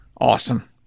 awesome